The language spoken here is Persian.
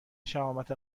شهامت